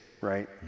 right